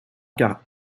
quarts